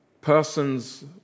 person's